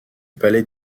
palais